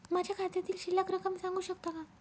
माझ्या खात्यातील शिल्लक रक्कम सांगू शकता का?